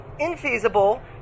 infeasible